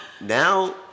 Now